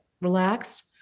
relaxed